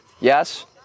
Yes